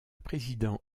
président